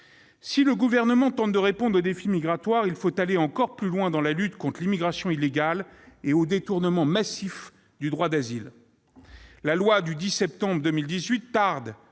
Si le Gouvernement tente de répondre au défi migratoire, il faut aller encore plus loin dans la lutte contre l'immigration illégale et le détournement massif du droit d'asile. La loi du 10 septembre 2018 pour